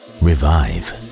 revive